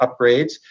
upgrades